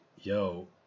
Yo